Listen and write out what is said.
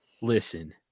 listen